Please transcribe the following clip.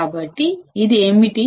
కాబట్టి ఇది ఏమిటి